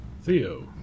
Theo